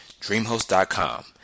Dreamhost.com